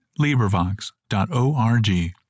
LibriVox.org